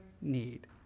need